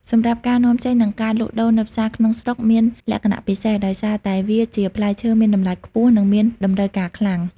សម្រាប់ការនាំចេញនិងការលក់ដូរនៅផ្សារក្នុងស្រុកមានលក្ខណៈពិសេស ដោយសារតែវាជាផ្លែឈើមានតម្លៃខ្ពស់ និងមានតម្រូវការខ្លាំង។